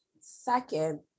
Second